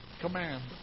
command